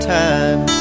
time